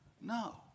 No